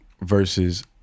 versus